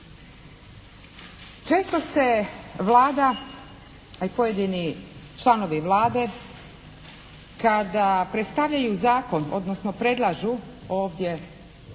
Često se Vlada a i pojedini članovi Vlade kada predstavljaju zakon odnosno predlažu ovdje